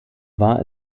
war